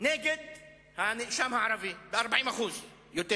נגד הנאשם הערבי ב-40% יותר.